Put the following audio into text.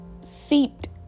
seeped